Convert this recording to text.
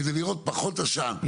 כדי לראות פחות עשן,